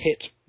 hit